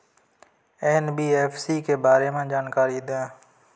NBFC के बारे में जानकारी दें?